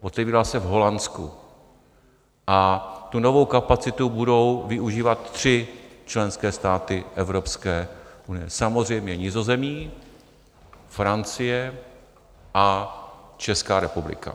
Otevírá se v Holandsku a tu novou kapacitu budou využívat tři členské státy Evropské unie: samozřejmě Nizozemí, Francie a Česká republika.